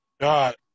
God